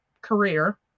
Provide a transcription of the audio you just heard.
career